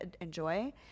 enjoy